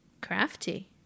Crafty